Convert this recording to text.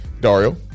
Dario